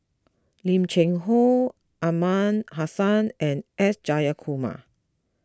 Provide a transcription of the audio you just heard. Lim Cheng Hoe Aliman Hassan and S Jayakumar